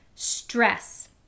stress